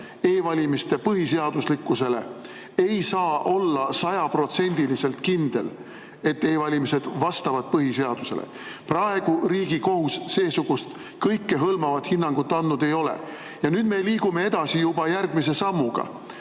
e‑valimiste põhiseaduslikkusele, ei saa olla sada protsenti kindel, et e‑valimised vastavad põhiseadusele. Praegu Riigikohus seesugust kõikehõlmavat hinnangut andnud ei ole. Nüüd me liigume edasi juba järgmise sammuga.